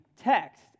text